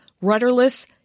Rudderless